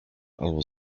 albo